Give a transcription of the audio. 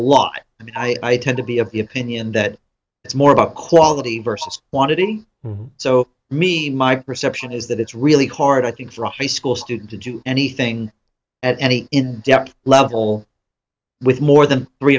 and i tend to be of the opinion that it's more about quality versus quantity so me my perception is that it's really hard i think for a high school student to do anything at any in depth level with more than three